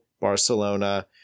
Barcelona